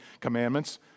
Commandments